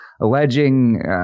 alleging